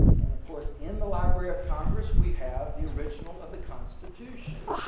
and of course in the library of congress we have the original of the constitution.